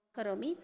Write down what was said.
करोमि